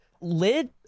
lid